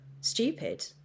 stupid